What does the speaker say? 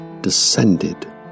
descended